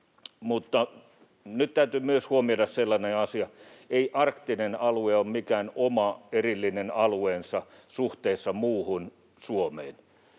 Mutta nyt täytyy myös huomioida sellainen asia, että ei arktinen alue ole mikään oma erillinen alueensa suhteessa muuhun Suomeen,